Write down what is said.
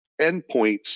endpoints